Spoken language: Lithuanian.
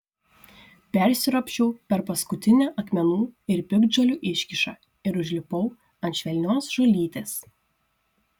persiropščiau per paskutinę akmenų ir piktžolių iškyšą ir užlipau ant švelnios žolytės